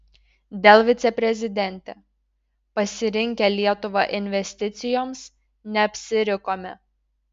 dell viceprezidentė pasirinkę lietuvą investicijoms neapsirikome